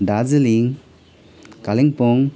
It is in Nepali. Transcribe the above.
दार्जिलिङ कालिम्पोङ